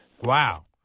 Wow